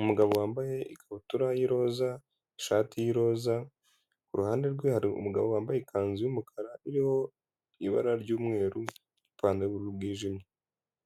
Umugabo wambaye ikabutura y'iroza, ishati y'iroza, ku ruhande rwe hari umugabo wambaye ikanzu y'umukara iriho ibara ry'umweru n'ipantaro y'ubururu bwijimye.